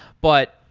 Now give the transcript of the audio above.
but,